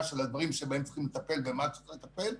של הדברים שבהם צריכים לטפל ומה צריך לטפל.